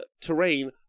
terrain